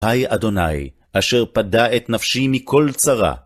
היי אדוני אשר פדה את נפשי מכל צרה